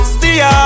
Stay